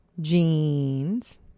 Jean's